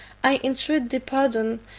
i intreat thy pardon,